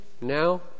now